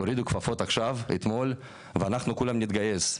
תורידו כפפות אתמול ואנחנו כולם נתגייס,